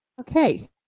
Okay